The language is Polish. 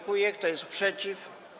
Kto jest przeciw?